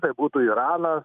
tai būtų iranas